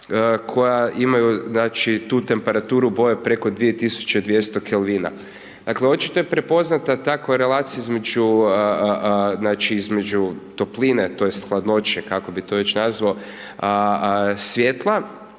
koja imaju tu temperaturu boje preko 2200 K. Dakle, očito je prepoznata ta korelacija između topline, tj. hladnoće, kako bi to već nazvao svjetla